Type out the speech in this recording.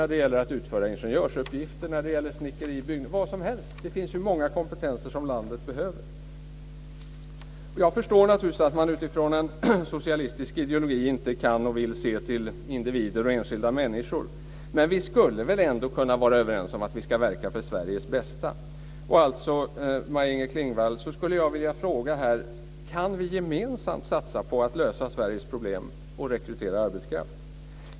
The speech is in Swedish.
Nu har ni en chans i år igen att bifalla motionen om ökad arbetskraftsinvandring. Det finns många kompetenser som landet behöver. Jag förstår naturligtvis att man utifrån en socialistisk ideologi inte kan och inte vill se till individer och enskilda människor, men vi skulle väl ändå kunna vara överens om att vi ska verka för Sveriges bästa. Kan vi gemensamt satsa på att lösa Sveriges problem med att rekrytera arbetskraft?